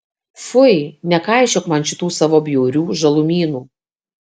fui nekaišiok man šitų savo bjaurių žalumynų